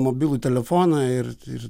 mobilų telefoną ir ir